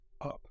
up